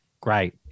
Great